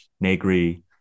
Negri